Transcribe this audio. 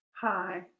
Hi